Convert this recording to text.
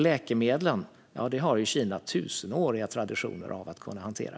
Läkemedel har ju Kina tusenåriga traditioner av att hantera.